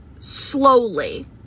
slowly